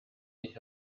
ich